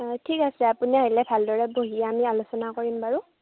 ঠিক আছে আপুনি আহিলে ভালদৰে বহি আমি আলোচনা কৰিম বাৰু